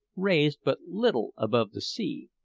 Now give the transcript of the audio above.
raised but little above the sea,